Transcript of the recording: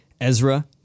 Ezra